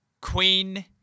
queen